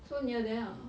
so near there ah